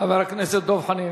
חבר הכנסת דב חנין,